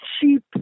cheap